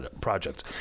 projects